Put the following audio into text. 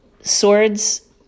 swords